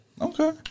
Okay